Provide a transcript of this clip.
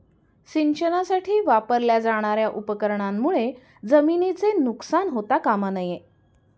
सिंचनासाठी वापरल्या जाणार्या उपकरणांमुळे जमिनीचे नुकसान होता कामा नये